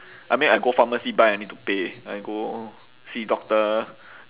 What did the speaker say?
I mean I go pharmacy buy I need to pay I go see doctor